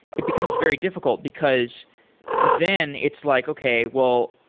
it becomes very difficult because then it's like, okay. well,